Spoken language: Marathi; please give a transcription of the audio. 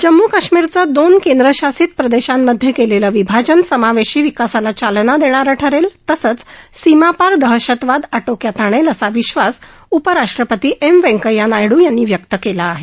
जम्म् कश्मीरचं दोन केंद्रशासित प्रदेशांमधे केलेलं विभाजन समावेशी विकासाला चालना देणारं ठरेल तसंच सीमापार दहशतवाद आटोक्यात आणेल असा विश्वास उपराष्ट्रपती एम व्यंकय्या नायडू यांनी व्यक्त केला आहे